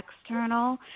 external